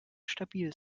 stabil